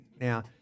Now